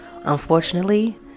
Unfortunately